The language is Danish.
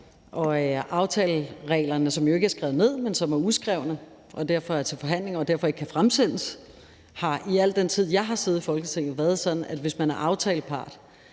og aftalereglerne, som jo ikke er skrevet ned, men som er uskrevne – og derfor er til forhandling og derfor ikke kan fremsendes – har i al den tid, mens jeg har siddet i Folketinget, været sådan, at hvis man er aftalepart